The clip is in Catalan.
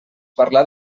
parlar